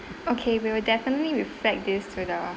okay we will definitely reflect this to the